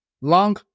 long